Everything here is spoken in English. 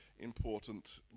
important